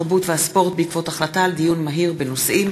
התרבות והספורט בעקבות דיון מהיר בהצעה